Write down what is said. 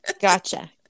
Gotcha